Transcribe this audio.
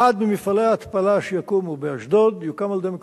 אחד ממפעלי ההתפלה שיקומו באשדוד יוקם על-ידי "מקורות",